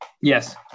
yes